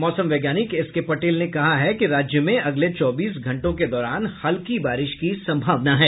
मौसम वैज्ञानिक एसके पटेल ने कहा कि राज्य में अगले चौबीस घंटों के दौरान हल्की बारिश की संभावना है